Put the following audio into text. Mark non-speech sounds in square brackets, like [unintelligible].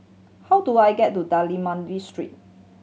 how do I get to [unintelligible] Street